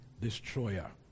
destroyer